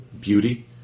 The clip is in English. beauty